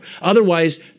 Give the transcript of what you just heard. Otherwise